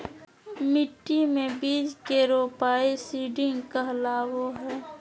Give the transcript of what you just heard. मिट्टी मे बीज के रोपाई सीडिंग कहलावय हय